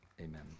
amen